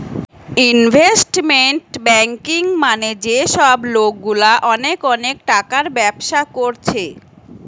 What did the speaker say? investment banking মানে যে সব লোকগুলা অনেক অনেক টাকার ব্যবসা কোরছে